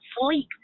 sleep